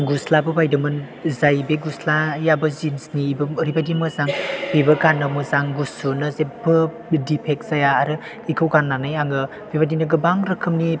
बायदोंमोन जाय बि गुस्लायाबो जिन्सनि ओरैबादि मोजां बेबो गाननो मोजां गुसुनो जेबो दिफेक्त जाया आरो बिखौ गाननानै आं बेबादिनो गोबां रोखोमनि